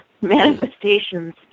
manifestations